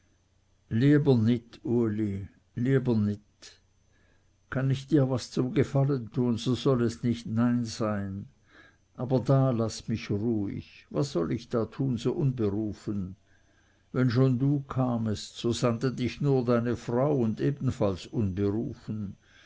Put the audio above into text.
kann ich dir was zu gefallen tun so soll es nicht nein sein aber da laß mich ruhig was soll ich da tun so unberufen wenn schon du kamest so sandte dich nur deine frau und ebenfalls